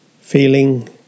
feeling